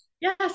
Yes